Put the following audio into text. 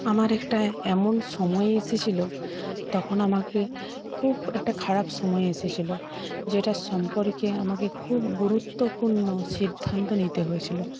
আমার একটা এমন সময় এসেছিল তখন আমাকে খুব একটা খারাপ সময় এসেছিল যেটার সম্পর্কে আমাকে খুব গুরুত্বপূর্ণ সিদ্ধান্ত নিতে হয়েছিল